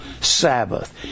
Sabbath